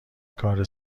کار